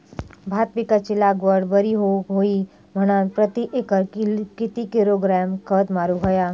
भात पिकाची लागवड बरी होऊक होई म्हणान प्रति एकर किती किलोग्रॅम खत मारुक होया?